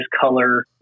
color